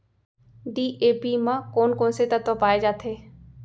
DAP म कोन कोन से तत्व पाए जाथे?